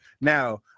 now